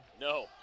No